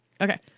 Okay